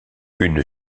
une